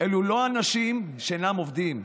אלו לא אנשים שאינם עובדים.